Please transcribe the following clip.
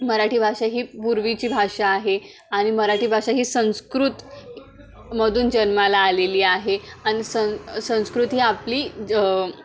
मराठी भाषा ही पूर्वीची भाषा आहे आणि मराठी भाषा ही संस्कृतमधून जन्माला आलेली आहे आणि सं संस्कृत ही आपली ज